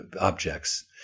objects